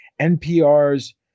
NPR's